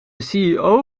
ceo